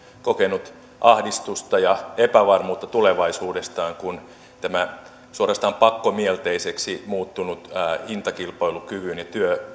kokenut ahdistusta ja epävarmuutta tulevaisuudestaan kun tämä suorastaan pakkomielteiseksi muuttunut hintakilpailukyvyn ja